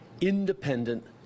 independent